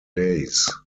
days